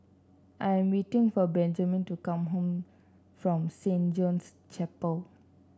I'm waiting for Benjman to come home from Saint John's Chapel